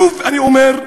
שוב אני אומר,